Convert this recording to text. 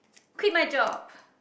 quit my job